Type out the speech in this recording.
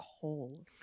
coal